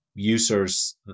users